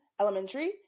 Elementary